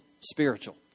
spiritual